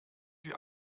sie